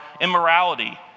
immorality